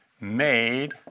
made